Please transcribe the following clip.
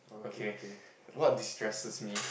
okay what distresses me